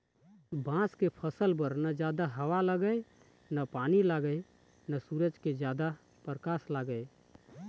बांस के फसल बर न जादा हवा लागय न पानी लागय न सूरज के जादा परकास लागय